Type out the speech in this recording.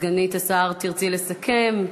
סגנית השר, תרצי לסכם.